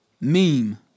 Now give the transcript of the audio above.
Meme